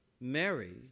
Mary